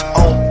on